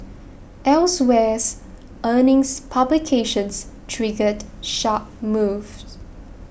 elsewhere earnings publications triggered sharp moves